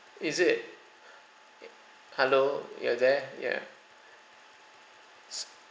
is it uh hello you're there ya